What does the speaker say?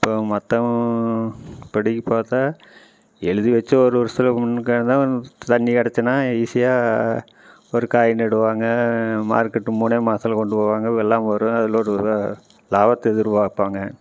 இப்போ மற்றபடி பார்த்தா எழுதி வச்சு ஒரு வருஷத்தில் முன்னுக்க தண்ணி கிடைச்சதுனா ஈசியாக ஒரு காய் நடுவாங்க மார்க்கெட் மூணே மாசத்தில் கொண்டு போவாங்க வெள்ளாமை வரும் அதில் ஒரு லாபத்தை எதிர்பார்ப்பாங்க